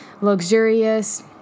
luxurious